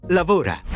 lavora